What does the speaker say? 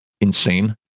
insane